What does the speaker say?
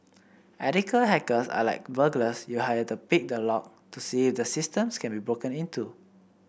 ethical hackers are like burglars you hire to pick the lock to see if the systems can be broken into